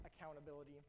accountability